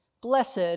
Blessed